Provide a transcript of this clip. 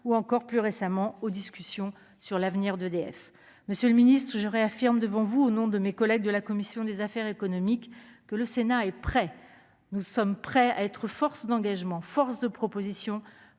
ou encore plus récemment aux discussions sur l'avenir d'EDF Monsieur le Ministre, je réaffirme devant vous au nom de mes collègues de la commission des affaires économiques, que le Sénat est prêt, nous sommes prêts à être force d'engagement, force de propositions